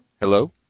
hello